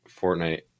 Fortnite